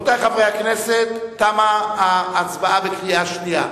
רבותי חברי הכנסת, תמה ההצבעה בקריאה השנייה.